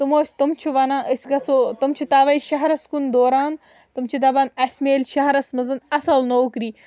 تِمو تِم چھِ وَنان أسۍ گَژھو تِم چھِ تَوَے شَہرَس کُن دوران تِم چھِ دَپان اَسہِ مِلہِ شَہرَس منٛز اَصٕل نوکری